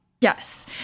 Yes